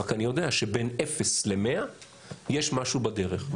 רק אני יודע שבין אפס למאה יש משהו בדרך.